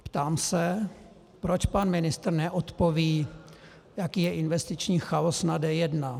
Ptám se, proč pan ministr neodpoví, jaký je investiční chaos na D1.